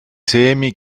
semi